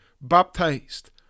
baptized